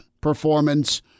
performance